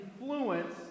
influence